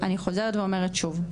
אני חוזרת ואומרת שוב,